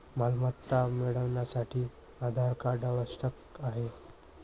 मालमत्ता मिळवण्यासाठी आधार कार्ड आवश्यक आहे